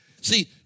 See